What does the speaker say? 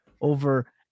over